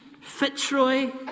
Fitzroy